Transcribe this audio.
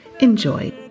enjoy